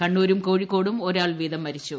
കണ്ണൂരും കോഴിക്കോടും ഒരാൾവീതം മരിച്ചു